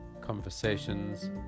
conversations